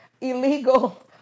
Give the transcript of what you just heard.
illegal